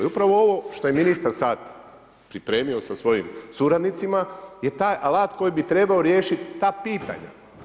I upravo ovo što je ministar sad pripremio sa svojim suradnicima, je taj alat koji bi trebao riješiti ta pitanja.